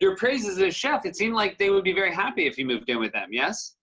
your praises as a chef, it seems like they would be very happy if you moved in with them. yes?